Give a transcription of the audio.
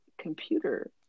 computer